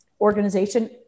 organization